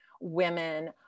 women